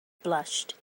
blushed